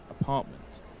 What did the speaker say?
apartment